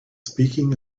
speaking